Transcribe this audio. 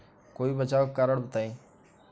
कोई बचाव के कारण बताई?